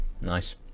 Nice